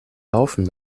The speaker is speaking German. laufen